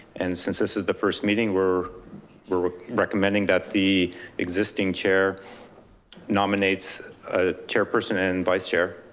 and since this is the first meeting, we're we're recommending that the existing chair nominates a chairperson and vice chair.